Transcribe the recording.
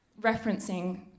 referencing